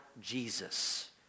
Jesus